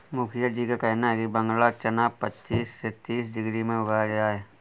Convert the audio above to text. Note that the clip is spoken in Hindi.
मुखिया जी का कहना है कि बांग्ला चना पच्चीस से तीस डिग्री में उगाया जाए